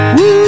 Woo